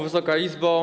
Wysoka Izbo!